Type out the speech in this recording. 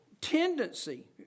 tendency